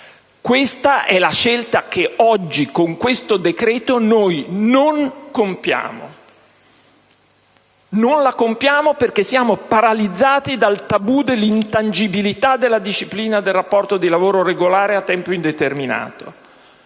Questa è la scelta che oggi, con questo decreto, noi non compiamo. Non la compiamo, perché siamo paralizzati dal tabù dell'intangibilità della disciplina del rapporto di lavoro regolare a tempo indeterminato.